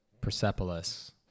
Persepolis